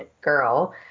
girl